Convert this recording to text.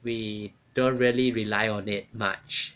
we don't really rely on it much